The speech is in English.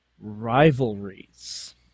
rivalries